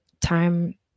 time